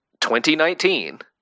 2019